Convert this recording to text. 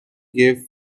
gave